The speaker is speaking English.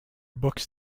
books